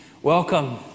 Welcome